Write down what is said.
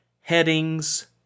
headings